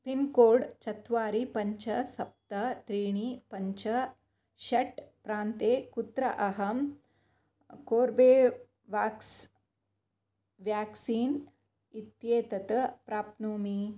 pincode चत्वारि पञ्च सप्त त्रीणि पञ्च षट् प्रान्ते कुत्र अहं कोव्याक्सीन् इत्येतत् प्राप्नोमि